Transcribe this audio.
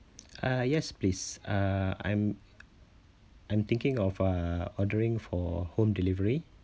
uh yes please uh I'm I'm thinking of uh ordering for home delivery